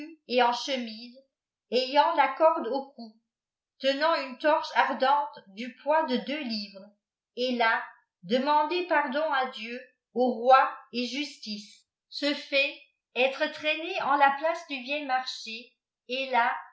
et en chemise ayant la corde au cou tenant ae torche ardente du poids de deux livres et là demander pardon h dieu au roi et justice ce fait être tratné en la place du vieil marché et l'a